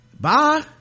bye